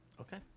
Okay